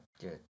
Good